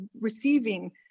receiving